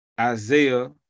Isaiah